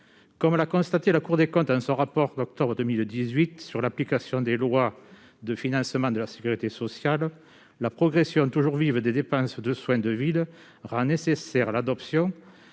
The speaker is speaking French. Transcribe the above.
Comme l'a constaté la Cour des comptes dans son rapport d'octobre 2018 sur l'application des lois de financement de la sécurité sociale, la progression toujours vive des dépenses de soins de ville rend nécessaire l'adoption